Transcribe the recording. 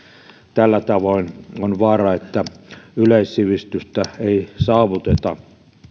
tällä tavoin on vaara että yleissivistystä ei saavuteta